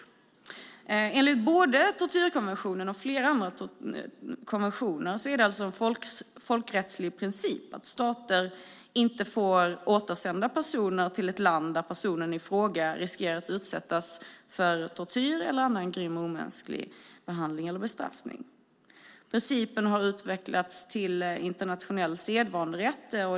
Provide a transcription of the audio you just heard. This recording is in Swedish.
Både enligt tortyrkonventionen och enligt flera andra konventioner är det en folkrättslig princip att stater inte får återsända personer till ett land där personen i fråga riskerar att utsättas för tortyr eller annan grym och omänsklig behandling eller bestraffning. Principen har utvecklats till internationell sedvanerätt.